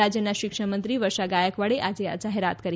રાજ્યના શિક્ષણમંત્રી વર્ષા ગાયકવાડે આજે આ જાહેરાત કરી